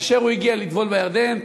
כאשר הוא הגיע לטבול בירדן,